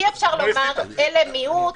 אי אפשר לומר: אלה מיעוט,